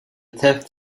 theft